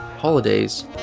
holidays